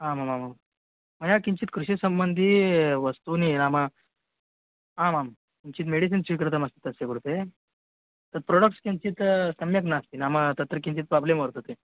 आमामां मया किञ्चित् कृषिसम्बन्धीनि वस्तूनि नाम आमां किञ्चित् मेडिसिन् स्वीकृतमस्ति तस्य कृते तत् प्रोडक्ट्स् किञ्चित् सम्यक् नास्ति नाम तत्र किञ्चित् प्रोब्लं वर्तते